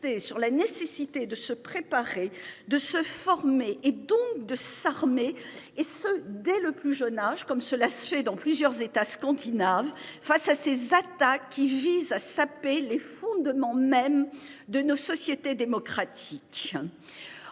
sur la nécessité de se préparer, de se former et donc de s'armer et ce dès le plus jeune âge comme se lâcher dans plusieurs États scandinaves. Face à ces attaques qui visent à saper les fondements même de nos sociétés démocratiques.